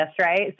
right